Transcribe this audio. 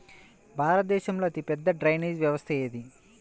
భారతదేశంలో అతిపెద్ద డ్రైనేజీ వ్యవస్థ ఏది?